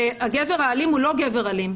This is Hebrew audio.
הגבר האלים הוא לא גבר אלים.